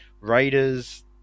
Raiders